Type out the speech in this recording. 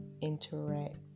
interact